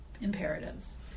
imperatives